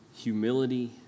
humility